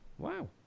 Wow